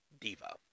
Diva